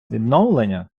відновлення